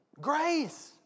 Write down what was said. Grace